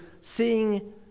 seeing